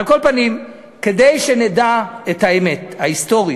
על כל פנים, כדי שנדע את האמת ההיסטורית,